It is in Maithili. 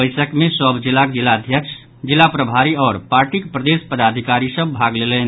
बैसक मे सभ जिलाक जिलाध्यक्ष जिला प्रभारी आओर पार्टीक प्रदेश पदाधिकारी भाग लेलनि